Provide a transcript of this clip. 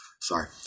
sorry